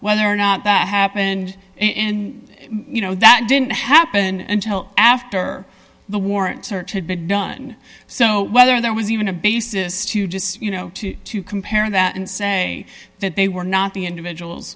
whether or not that happened and you know that didn't happen until after the warrant search had been done so whether there was even a basis to just you know to compare that and say that they were not the individuals